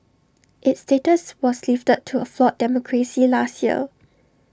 its status was lifted to A flawed democracy last year